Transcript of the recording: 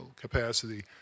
capacity